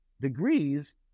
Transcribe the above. degrees